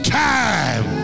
time